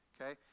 Okay